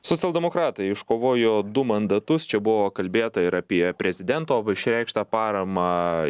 socialdemokratai iškovojo du mandatus čia buvo kalbėta ir apie prezidento va išreikštą paramą